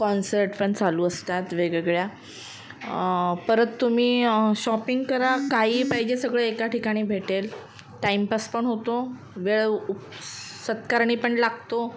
concert पण चालू असतात वेगवेगळ्या परत तुम्ही शॉपिंग करा काहीही पाहिजे सगळं एका ठिकाणी भेटेल टाईमपास पण होतो वेळ उ अ सत्कारणी पण लागतो